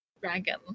dragon